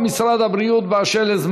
אני יכול עכשיו להגיד את